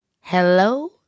hello